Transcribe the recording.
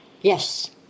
Yes